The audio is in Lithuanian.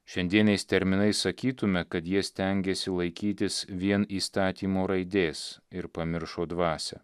šiandieniais terminais sakytume kad jie stengėsi laikytis vien įstatymo raidės ir pamiršo dvasią